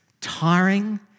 tiring